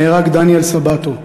נהרג דניאל סבתו,